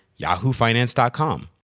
yahoofinance.com